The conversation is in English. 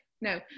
no